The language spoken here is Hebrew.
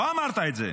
לא אמרת את זה.